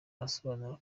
asobanura